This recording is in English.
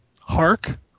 Hark